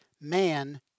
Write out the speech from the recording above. man